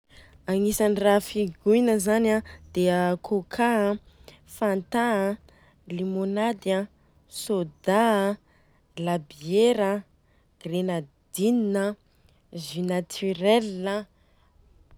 Agnisany ra figohina zany an de a coca an fanta an, limonade an, soda an, labiera an, grenadinina an, jus naturel an.